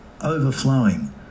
Overflowing